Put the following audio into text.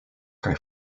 kaj